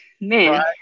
man